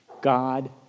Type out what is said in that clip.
God